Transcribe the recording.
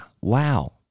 wow